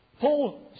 Paul